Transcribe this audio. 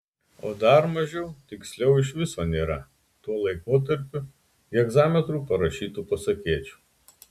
o dar mažiau tiksliau iš viso nėra tuo laikotarpiu hegzametru parašytų pasakėčių